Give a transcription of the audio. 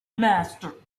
master